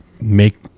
make